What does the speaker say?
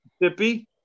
Mississippi